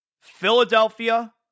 Philadelphia